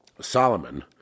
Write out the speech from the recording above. Solomon